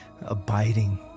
abiding